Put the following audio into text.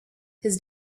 his